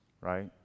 right